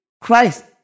Christ